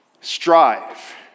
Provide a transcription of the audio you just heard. Strive